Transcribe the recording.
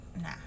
Nah